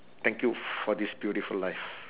thank you for this beautiful life